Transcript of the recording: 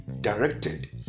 directed